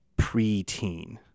preteen